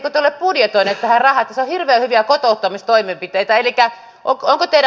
siellä on hirveän hyviä kotouttamistoimenpiteitä